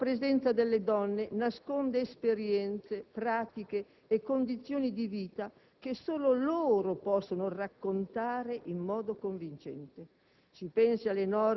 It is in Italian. L'inadeguata presenza delle donne nasconde esperienze, pratiche e condizioni di vita che solo loro possono raccontare in modo convincente.